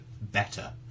better